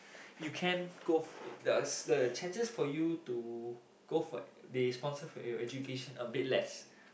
you can go the the chances for you to go for they sponsor for you education a bit less